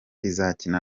izakina